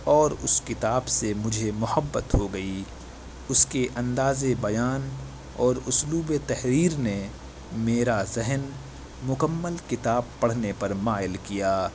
اور اس کتاب سے مجھے محبت ہو گئی اس کے اندازِ بیان اور اسلوبِ تحریر نے میرا ذہن مکمل کتاب پڑھنے پر مائل کیا